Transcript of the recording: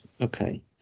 okay